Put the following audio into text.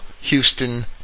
Houston